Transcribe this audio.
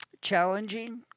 challenging